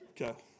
Okay